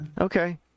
Okay